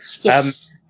yes